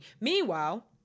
Meanwhile